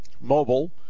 mobile